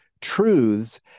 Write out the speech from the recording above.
truths